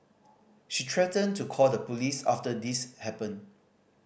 she threatened to call the police after this happened